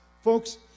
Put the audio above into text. Folks